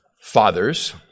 Fathers